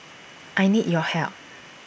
I need your help